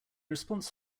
response